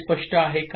हे स्पष्ट आहे का